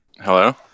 Hello